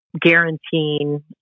Guaranteeing